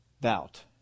Doubt